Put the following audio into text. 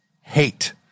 hate